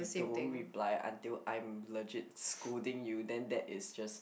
don't reply until I'm legit scolding you then that is just